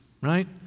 right